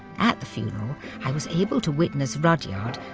at the funeral i was able to witness rudyard,